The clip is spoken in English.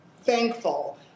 thankful